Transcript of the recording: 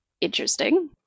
interesting